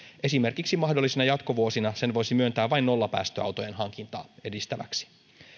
esimerkiksi mahdollisina jatkovuosina sen voisi myöntää vain nollapäästöautojen hankintaa edistäväksi